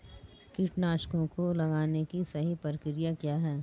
कीटनाशकों को लगाने की सही प्रक्रिया क्या है?